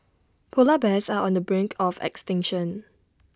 Polar Bears are on the brink of extinction